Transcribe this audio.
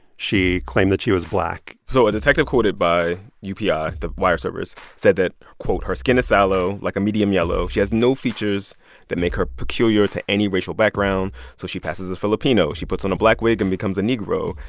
she claimed that she was black so a detective quoted by yeah upi, ah the wire service, said that, quote, her skin is sallow like, a medium yellow. she has no features that make her peculiar to any racial background. so she passes as filipino. she puts on a black wig and becomes a negro.